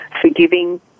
forgiving